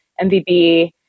MVB